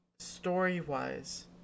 Story-wise